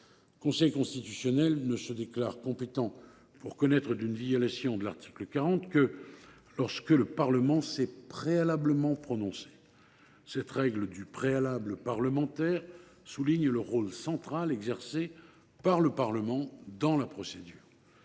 Conseil constitutionnel ne se déclare compétent pour connaître d’une violation de l’article 40 que lorsque le Parlement s’est préalablement prononcé. Cette règle du « préalable parlementaire » souligne le rôle central exercé par le Parlement dans la procédure.